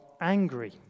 angry